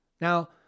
Now